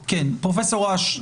פרופ' אש,